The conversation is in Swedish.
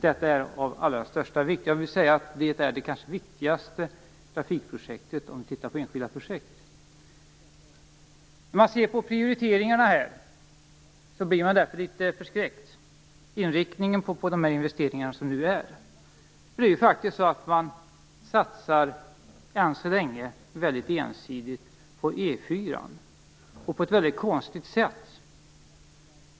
Detta är av allra största vikt. Jag skulle vilja säga att det kanske är det viktigaste trafikprojektet, om vi ser till enskilda projekt. När man ser på prioriteringarna blir man därför litet förskräckt över inriktningen på investeringarna. Man satsar faktiskt än så länge ensidigt på E 4, och man gör det på ett konstigt sätt.